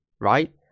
right